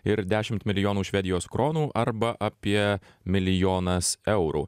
ir dešimt milijonų švedijos kronų arba apie milijonas eurų